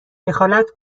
دخالت